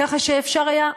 ככה שאפשר היה,